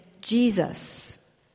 Jesus